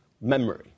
memory